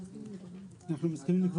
אנחנו מסכימים זה בסדר